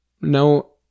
no